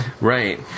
Right